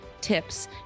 tips